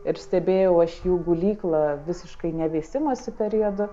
ir stebėjau aš jų gulyklą visiškai ne veisimosi periodu